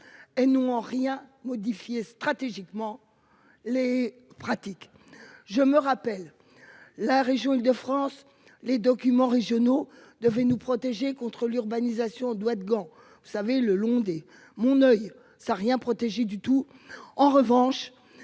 en rien modifié stratégiquement les pratiques. Je me rappelle. La région Île-de-France. Les documents régionaux devait nous protéger contre l'urbanisation doigt de gant vous savez le long des mon oeil ça a rien protégé du tout. En revanche